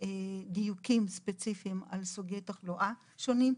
דיוקים ספציפיים על סוגי תחלואה שונים.